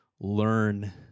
learn